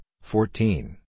fourteen